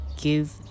give